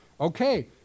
Okay